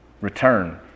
return